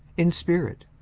in spirit,